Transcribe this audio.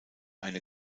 eine